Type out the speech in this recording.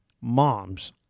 mom's